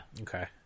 Okay